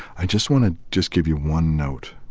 i just want to just give you one note.